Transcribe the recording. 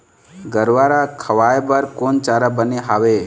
गरवा रा खवाए बर कोन चारा बने हावे?